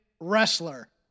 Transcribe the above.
Wrestler